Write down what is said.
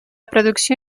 producció